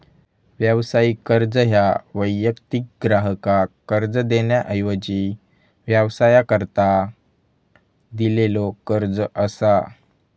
व्यावसायिक कर्ज ह्या वैयक्तिक ग्राहकाक कर्ज देण्याऐवजी व्यवसायाकरता दिलेलो कर्ज असा